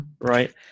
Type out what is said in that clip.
right